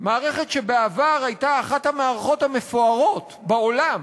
מערכת שבעבר הייתה אחת המערכות המפוארות בעולם,